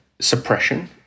suppression